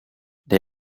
they